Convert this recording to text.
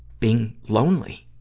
being lonely,